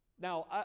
Now